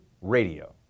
RADIO